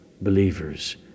believers